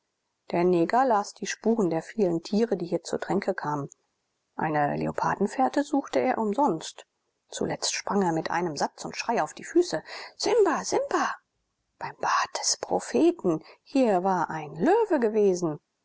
der neger las die spuren der vielen tiere die hier zur tränke kamen eine leopardenfährte suchte er umsonst zuletzt sprang er mit einem satz und schrei auf die füße simba simba beim bart des propheten hier war ein löwe gewesen